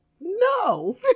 No